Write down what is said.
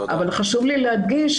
חשוב לי להדגיש,